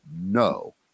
no